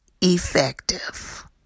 effective